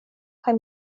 kaj